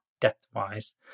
depth-wise